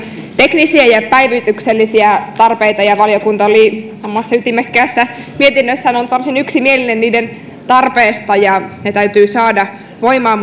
teknisiä ja päivityksellisiä tarpeita ja valiokunta oli omassa ytimekkäässä mietinnössään ollut varsin yksimielinen niiden tarpeesta ja ne täytyy saada voimaan